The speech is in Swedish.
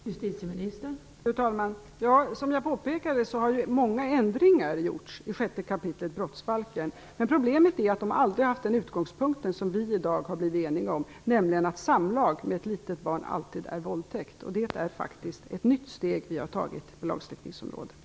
Fru talman! Som jag påpekade har det gjorts många ändringar i 6 kap. brottsbalken. Men problemet är att de aldrig har haft den utgångspunkt som vi i dag har blivit eniga om, nämligen att samlag med ett litet barn alltid är våldtäkt. Det är faktiskt ett nytt steg som vi har tagit på lagstiftningsområdet.